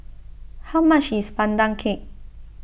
how much is Pandan Cake